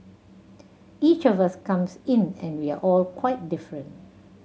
each of us comes in and we are all quite different